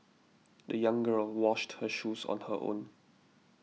the young girl washed her shoes on her own